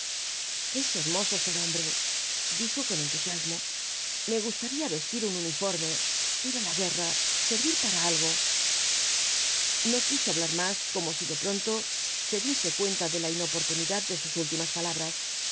es hermoso ser hombre dijo con entusiasmo me gustaría vestir un uniforme ir á la guerra servir para algo no quiso hablar más como si de pronto se diese cuenta de la inoportunidad de sus últimas palabras